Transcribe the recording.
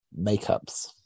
makeups